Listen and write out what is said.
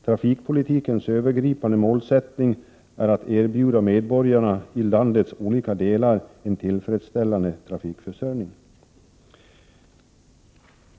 Trafikpolitikens övergripande målsättning är att erbjuda medborgarna i landets olika delar en tillfredsställande trafikförsörjning.